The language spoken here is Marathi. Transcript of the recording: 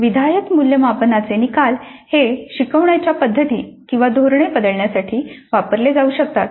विधायक मूल्यमापनाचे निकाल हे शिकवण्याच्या पद्धती किंवा धोरणे बदलण्यासाठी वापरले जाऊ शकतात